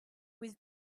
with